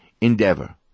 endeavor